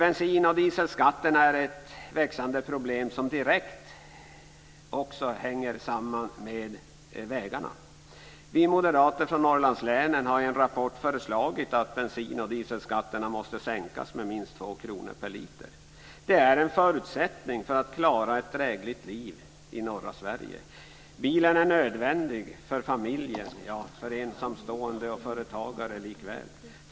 Bensin och dieselskatterna är ett växande problem som också direkt hänger samman med vägarna. Det är en förutsättning för att klara ett drägligt liv i norra Sverige. Bilen är nödvändig för familjer, ensamstående och företagare.